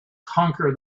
conquer